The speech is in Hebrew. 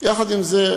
יחד עם זה,